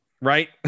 right